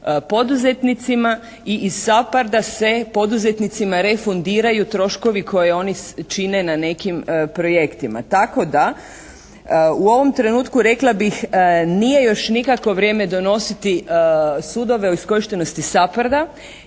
poduzetnicima i iz SAPHARD-a se poduzetnicima refundiraju troškovi koje oni čine na nekim projektima. Tako da u ovom trenutku rekla bih nije još nikako vrijeme donositi sudove o iskorištenosti SAPHARD-a